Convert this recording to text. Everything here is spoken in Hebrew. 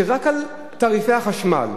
רק על תעריפי החשמל,